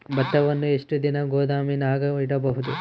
ಭತ್ತವನ್ನು ಎಷ್ಟು ದಿನ ಗೋದಾಮಿನಾಗ ಇಡಬಹುದು?